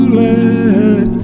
let